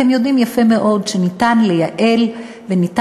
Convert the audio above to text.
אתם יודעים יפה מאוד שאפשר לייעל ואפשר